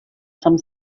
some